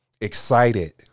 excited